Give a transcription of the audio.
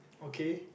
okay